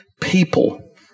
people